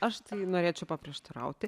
aš norėčiau paprieštarauti